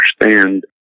understand